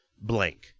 blank